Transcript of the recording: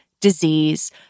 disease